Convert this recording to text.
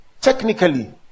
technically